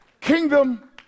kingdom